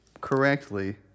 correctly